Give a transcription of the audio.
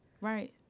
Right